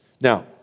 Now